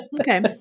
Okay